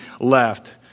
left